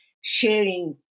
sharing